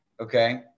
okay